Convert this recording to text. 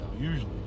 usually